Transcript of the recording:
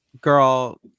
girl